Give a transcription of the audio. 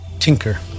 Tinker